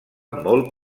molt